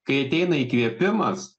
kai ateina įkvėpimas